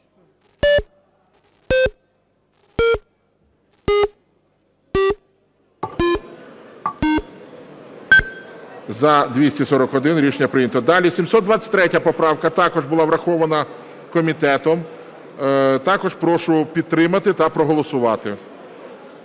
За-241 Рішення прийнято. Далі. 723 поправка. Також була врахована комітетом. Також прошу підтримати та проголосувати.